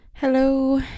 Hello